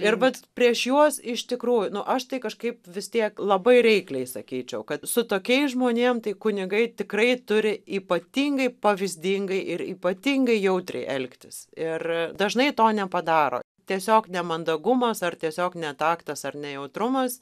ir vat prieš juos iš tikrųjų nu aš tai kažkaip vis tiek labai reikliai sakyčiau kad su tokiais žmonėm tai kunigai tikrai turi ypatingai pavyzdingai ir ypatingai jautriai elgtis ir dažnai to nepadaro tiesiog nemandagumas ar tiesiog netaktas ar nejautrumas